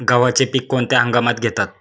गव्हाचे पीक कोणत्या हंगामात घेतात?